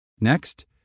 Next